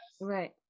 right